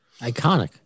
Iconic